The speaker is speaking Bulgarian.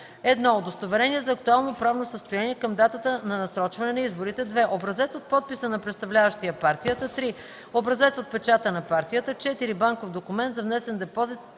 1. удостоверение за актуално правно състояние към датата на насрочване на изборите; 2. образец от подписа на представляващия партията; 3. образец от печата на партията; 4. банков документ за внесен депозит